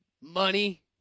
Money